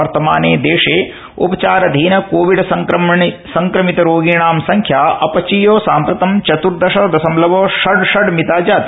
वर्तमाने देशे उपचाराधीन कोविड संक्रमित रोगिणां संख्या अपचीय सांप्रतं चत्र्दश दशमलव षड् षड् मिता जाता